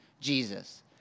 Jesus